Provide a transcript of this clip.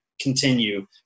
continue